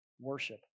worship